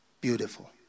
Beautiful